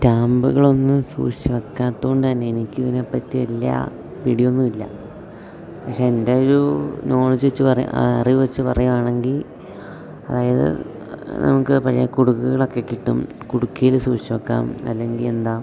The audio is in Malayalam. സ്റ്റാമ്പുകളൊന്ന് സൂക്ഷിച്ചു വെക്കാത്തതുകൊണ്ടുതന്നെ എനിക്കിതിനെപ്പറ്റി വലിയ പിടിയൊന്നും ഇല്ല പക്ഷെ എൻ്റെയൊരു നോളജ് വെച്ച് അറിവു വെച്ച് പറയുകയാണെങ്കിൽ അതായത് നമുക്ക് പഴയ കുടുക്കകളൊക്കെ കിട്ടും കുടുക്കയിൽ സൂഷിച്ചു വെക്കാം അല്ലെങ്കിൽ എന്താ